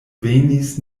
venis